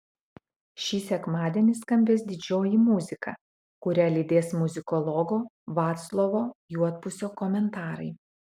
šį sekmadienį skambės didžioji muzika kurią lydės muzikologo vaclovo juodpusio komentarai